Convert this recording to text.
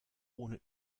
ohne